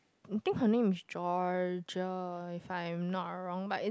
I think her name is Georgia if I am not wrong but it's